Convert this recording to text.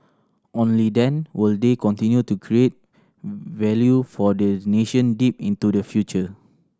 only then will they continue to create value for the nation deep into the future